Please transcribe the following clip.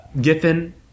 Giffen